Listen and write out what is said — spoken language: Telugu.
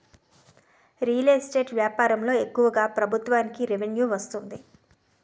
రియల్ ఎస్టేట్ వ్యాపారంలో ఎక్కువగా ప్రభుత్వానికి రెవెన్యూ వస్తుంది